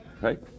right